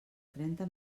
trenta